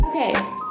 Okay